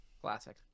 Classic